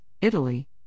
Italy